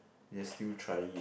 they are still trying it